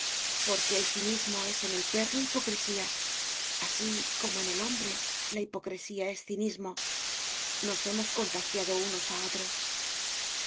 porque el cinismo es en el perro hipocresía así como en el hombre la hipocresía es cinismo nos hemos contagiado unos a otros se